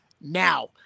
Now